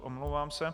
Omlouvám se.